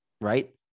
right